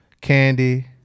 Candy